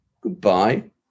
Goodbye